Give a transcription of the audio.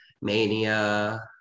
mania